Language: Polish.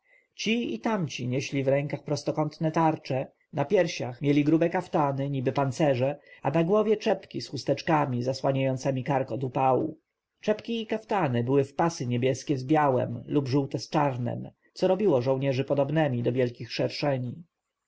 ci i tamci nieśli w rękach prostokątne tarcze na piersiach mieli grube kaftany niby pancerze a na głowie czepki z chusteczkami zasłaniającemi kark od upału czepki i kaftany były w pasy niebieskie z białem lub żółte z czarnem co robiło żołnierzy podobnymi do wielkich szerszeni